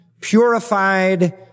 purified